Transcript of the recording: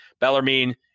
Bellarmine